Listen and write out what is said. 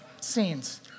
scenes